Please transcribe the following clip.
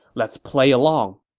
let's play along.